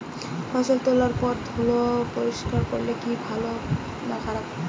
ফসল তোলার পর ধুয়ে পরিষ্কার করলে কি ভালো না খারাপ?